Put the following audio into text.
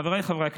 חבריי חברי הכנסת,